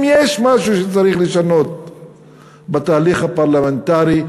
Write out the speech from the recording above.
אם יש משהו שצריך לשנות בתהליך הפרלמנטרי,